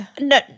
No